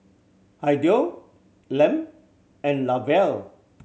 Hideo Lem and Lavelle